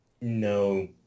No